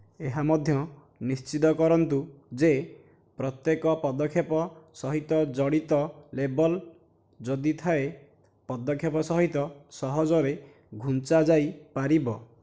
ଏହା ମଧ୍ୟ ନିଶ୍ଚିତ କରନ୍ତୁ ଯେ ପ୍ରତ୍ୟେକ ପଦକ୍ଷେପ ସହିତ ଜଡ଼ିତ ଲେବଲ୍ ଯଦି ଥାଏ ପଦକ୍ଷେପ ସହିତ ସହଜରେ ଘୁଞ୍ଚାଯାଇପାରିବ